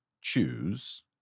choose